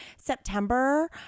September